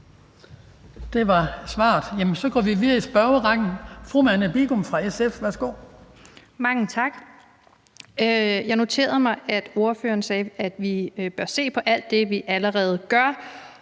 Det var svaret. Så går vi videre i spørgerrækken. Fru Marianne Bigum fra SF. Værsgo. Kl. 15:19 Marianne Bigum (SF): Mange tak. Jeg noterede mig, at ordføreren sagde, at vi bør se på alt det, vi allerede gør,